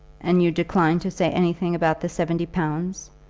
and you decline to say anything about the seventy pounds?